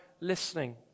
listening